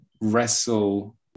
wrestle